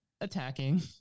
attacking